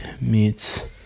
meets